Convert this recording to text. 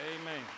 Amen